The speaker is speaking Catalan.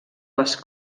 les